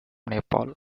nepal